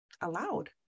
allowed